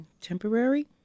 temporary